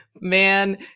man